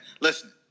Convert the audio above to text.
Listen